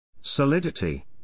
Solidity